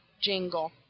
Jingle